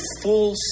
full